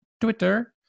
Twitter